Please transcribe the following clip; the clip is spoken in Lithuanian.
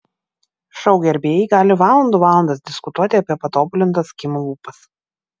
šou gerbėjai gali valandų valandas diskutuoti apie patobulintas kim lūpas